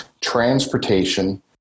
transportation